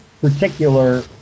particular